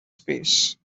space